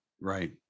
Right